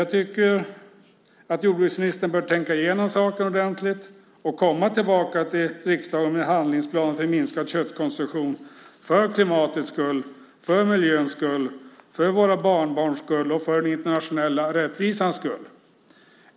Jag tycker att jordbruksministern bör tänka igenom saken ordentligt och komma tillbaka till riksdagen med en handlingsplan för minskad köttkonsumtion - för klimatets skull, för miljöns skull, för våra barnbarns skull och för den internationella rättvisans skull.